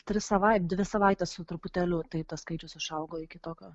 tris dvi savaites su truputėliu tai tas skaičius išaugo iki tokio